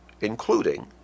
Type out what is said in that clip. including